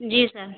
जी sir